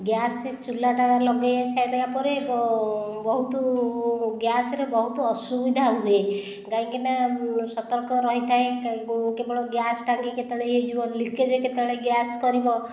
gas ଚୁଲାଟା ଲଗାଇବା ପରେ ବହୁତ ଗ୍ୟାସ୍ରେ ବହୁତ ଅସୁବିଧା ହୁଏ କାହିଁକିନା ସତର୍କ ରହିଥାଏ କେବଳ ଗ୍ୟାସ୍ ଟାଙ୍କି କେତେବେଳେ ଇଏ ହୋଇଯିବ ଲିକେଜ୍ କେତେବେଳେ ଗ୍ୟାସ୍ କରିବ